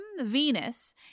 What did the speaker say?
Venus